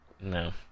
No